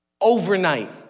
overnight